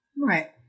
Right